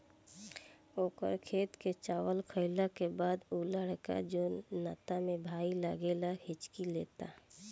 ओकर खेत के चावल खैला के बाद उ लड़का जोन नाते में भाई लागेला हिच्की लेता